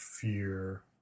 fear